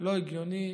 לא הגיוני,